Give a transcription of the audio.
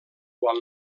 quan